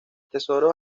tesoros